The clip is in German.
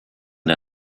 der